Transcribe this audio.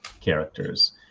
characters